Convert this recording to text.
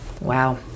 wow